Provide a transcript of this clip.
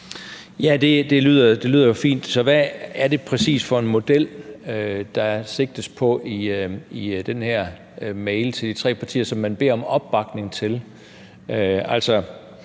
Det lyder jo fint. Men hvad er det præcis for en model, der sigtes på i den her mail til de tre partier, og som man beder om opbakning til?